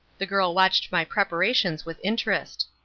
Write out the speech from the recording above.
the girl watched my preparations with interest.